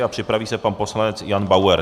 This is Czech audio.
A připraví se pan poslanec Jan Bauer.